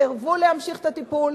סירבו להמשיך את הטיפול,